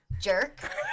jerk